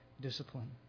discipline